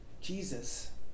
Jesus